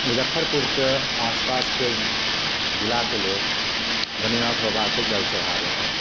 मुजफ्फरपुरके आस पासके जिलाके लोग गणिनाथ बाबाके जल चढ़ाबै है